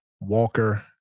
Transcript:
Walker